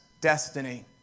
destiny